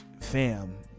Fam